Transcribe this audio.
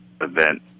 event